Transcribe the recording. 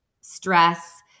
stress